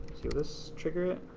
see will this trigger it?